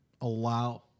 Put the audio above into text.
allow